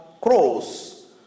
cross